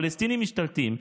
הפלסטינים משתלטים.